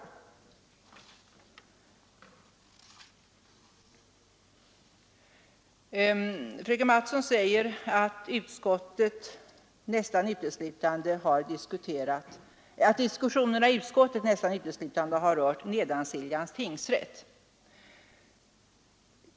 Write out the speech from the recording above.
Fröken Mattson säger att diskussionerna i utskottet nästan uteslutande har rört Nedansiljans tingsrätt.